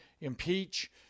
Impeach